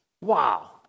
Wow